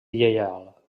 lleial